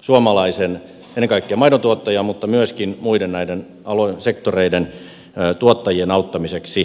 suomalaisten ennen kaikkea maidontuottajien mutta myöskin muiden näiden sektoreiden tuottajien auttamiseksi